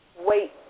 wait